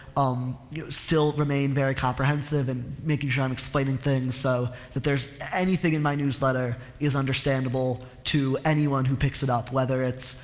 um, you know, still remain very comprehensive and making sure i'm explaining things so that there's anything in my newsletter is understandable to anyone who picks it up whether it's,